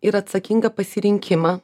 ir atsakingą pasirinkimą